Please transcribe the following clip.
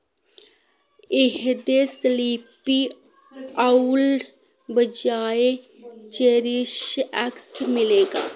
एह्दे sleepy owl बजाए चेरिशएक्स मिलेगा